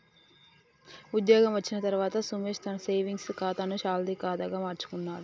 ఉద్యోగం వచ్చిన తర్వాత సోమేశ్ తన సేవింగ్స్ కాతాను శాలరీ కాదా గా మార్చుకున్నాడు